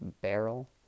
Barrel